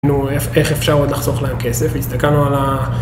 נו, איך אפשר עוד לחסוך להם כסף, הסתכלנו על ה...